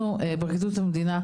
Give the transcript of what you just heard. אנחנו, פרקליטות המדינה,